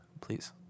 Please